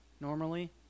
normally